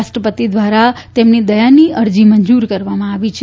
રાષ્ટ્રપતિ દ્વારા તેમની દયાની અરજી મંજુર કરવામાં આવી છે